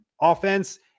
offense